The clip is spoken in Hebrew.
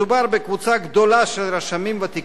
מדובר בקבוצה גדולה של רשמים ותיקים,